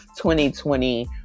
2020